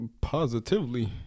Positively